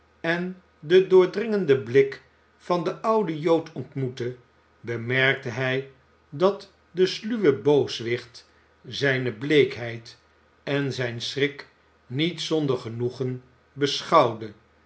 en den doordringenden blik van den ouden jood ontmoette bemerkte hij dat de sluwe booswicht zijne bleekheid en zijn schrik niet zonder genoegen beschouwde